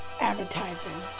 advertising